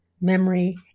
memory